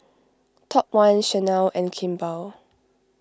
Top one Chanel and Kimball